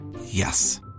Yes